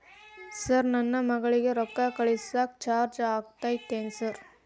Sir ನನ್ನ ಮಗಳಗಿ ರೊಕ್ಕ ಕಳಿಸಾಕ್ ಚಾರ್ಜ್ ಆಗತೈತೇನ್ರಿ?